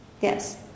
Yes